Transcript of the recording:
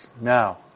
now